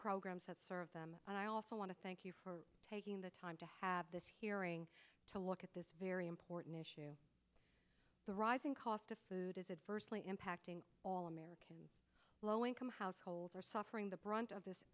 programs that serve them also want to thank you for taking the time to have this hearing to look at this very important issue the rising cost of food is adversely impacting all american low income households are suffering the brunt of this